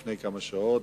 לפני כמה שעות,